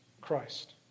Christ